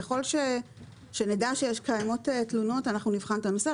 ככל שנדע שקיימות תלונות אנחנו נבחן את הנושא.